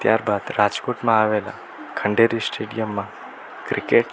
ત્યારબાદ રાજકોટમાં આવેલા ખંડેરી સ્ટેડિયમમાં ક્રિકેટ